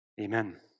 Amen